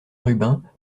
rubin